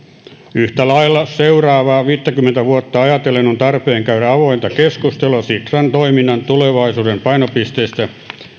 yhtä lailla seuraavaa viittäkymmentä vuotta ajatellen on tarpeen käydä avointa keskustelua sitran toiminnan tulevaisuuden painopisteistä